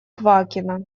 квакина